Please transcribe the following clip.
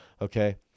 Okay